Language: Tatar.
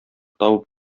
табып